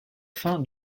fin